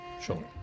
sure